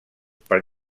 per